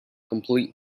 complete